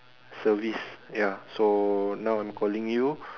service ya so now I'm calling you